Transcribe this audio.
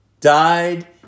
died